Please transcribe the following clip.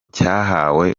cyahawe